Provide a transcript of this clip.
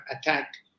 attacked